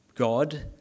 God